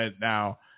now –